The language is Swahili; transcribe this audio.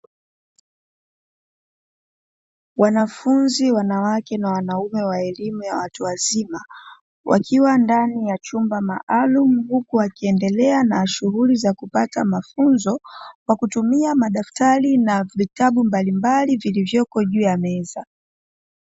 Wanafunzi wanawake na wanaume wa elimu ya watu wazima, wakiwa ndani ya chumba maalumu. Huku wakiendelea na shughuli za kupata mafunzo kwa kutumia madaftari na vitabu mbalimbali vilivyoko juu ya meza.